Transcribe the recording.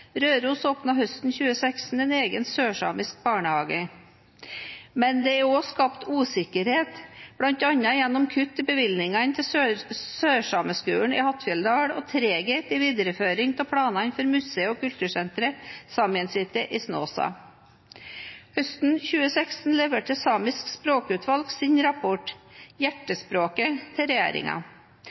Røros åpnet høsten 2016 en egen sørsamisk barnehage. Det er også skapt usikkerhet, bl.a. gjennom kutt i bevilgningene til sørsameskolen i Hattfjelldal og treghet i videreføring av planene for museet og kultursenteret Saemien Sijte i Snåsa. Høsten 2016 leverte Samisk språkutvalg sin rapport, Hjertespråket, til